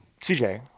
CJ